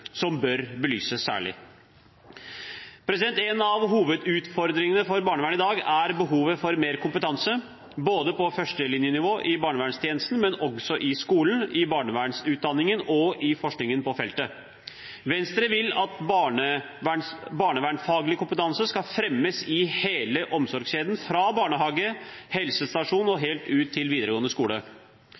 som bør belyses særlig. En av hovedutfordringene for barnevernet i dag er behovet for mer kompetanse, på førstelinjenivå i barnevernstjenesten, men også i skolen, i barnevernsutdanningene og i forskningen på feltet. Venstre vil at barnevernsfaglig kompetanse skal fremmes i hele omsorgskjeden, fra barnehage, helsestasjon og helt ut til videregående skole.